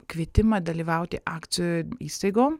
kvietimą dalyvauti akcijoj įstaigom